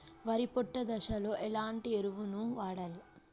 వరి పొట్ట దశలో ఎలాంటి ఎరువును వాడాలి?